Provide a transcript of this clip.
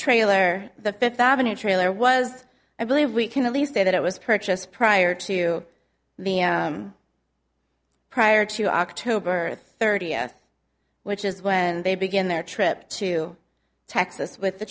trailer the fifth avenue trailer was i believe we can at least say that it was purchased prior to being prior to october thirtieth which is when they begin their trip to texas with the